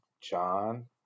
John